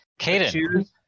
Caden